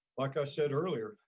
like i said earlier,